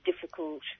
difficult